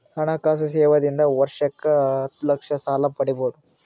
ಹಣಕಾಸು ಸೇವಾ ದಿಂದ ವರ್ಷಕ್ಕ ಹತ್ತ ಲಕ್ಷ ಸಾಲ ಪಡಿಬೋದ?